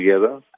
together